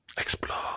Explore